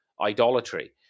idolatry